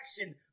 action